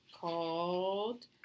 called